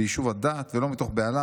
ביישוב הדעת ולא מתוך בהלה,